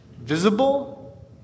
visible